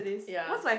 ya